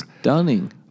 stunning